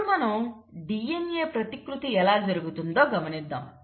ఇప్పుడు మనం DNA ప్రతికృతి ఎలా జరుగుతుందో గమనిద్దాం